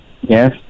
Yes